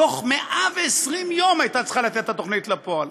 בתוך 120 יום הייתה צריכה לצאת התוכנית לפועל.